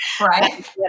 Right